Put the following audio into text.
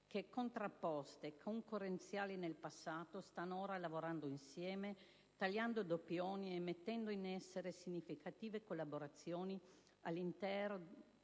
Grazie